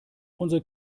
unser